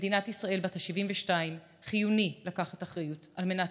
במדינת ישראל בת ה-72 חיוני לקחת אחריות על מנת